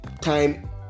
time